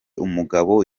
umugabo